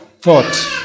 thought